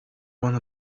one